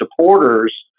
supporters